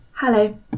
Hello